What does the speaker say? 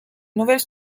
nouvelle